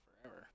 forever